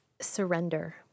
surrender